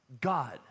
God